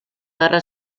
guerra